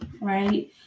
right